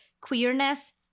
queerness